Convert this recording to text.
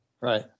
Right